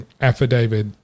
affidavit